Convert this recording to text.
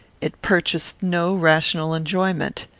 it purchased no rational enjoyment.